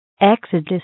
Exodus